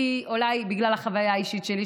אולי בגלל החוויה האישית שלי,